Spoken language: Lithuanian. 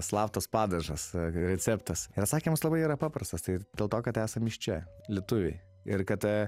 slaptas padažas receptas ir atsakymas labai yra paprastas tai dėl to kad esam iš čia lietuviai ir kad